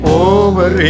over